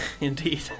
Indeed